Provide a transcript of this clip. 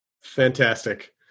Fantastic